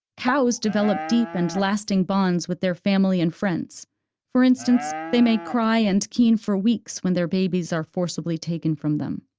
cows develop deep and lasting bonds with their family and friends for instance, they may cry and keen for weeks when their babies are forcibly taken from them.